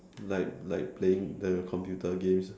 like like playing the computer games lah